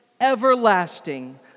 everlasting